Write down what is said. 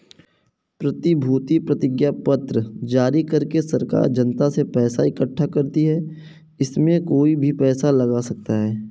प्रतिभूति प्रतिज्ञापत्र जारी करके सरकार जनता से पैसा इकठ्ठा करती है, इसमें कोई भी पैसा लगा सकता है